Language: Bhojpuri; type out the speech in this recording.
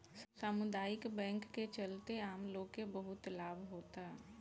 सामुदायिक बैंक के चलते आम लोग के बहुत लाभ होता